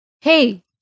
Hey